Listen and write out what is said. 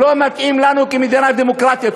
לא מתאים לנו כמדינה דמוקרטית.